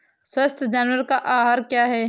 स्वस्थ जानवर का आहार क्या है?